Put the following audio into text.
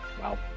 wow